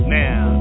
now